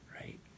right